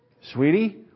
sweetie